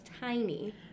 tiny